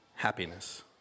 Happiness